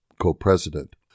co-president